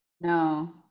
No